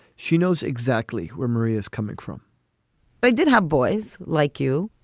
she knows exactly where maria is coming from they did have boys like you.